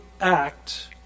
act